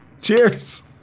Cheers